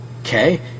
okay